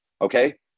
Okay